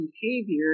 behavior